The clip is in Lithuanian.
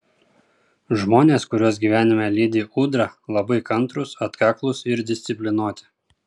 žmonės kuriuos gyvenime lydi ūdra labai kantrūs atkaklūs ir disciplinuoti